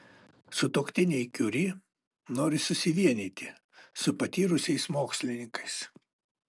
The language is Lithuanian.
sutuoktiniai kiuri nori susivienyti su patyrusiais mokslininkais